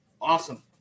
Awesome